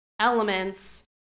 elements